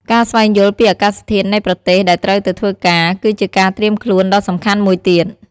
ការស្វែងយល់ពីអាកាសធាតុនៃប្រទេសដែលត្រូវទៅធ្វើការ គឺជាការត្រៀមខ្លួនដ៏សំខាន់មួយទៀត។